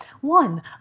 One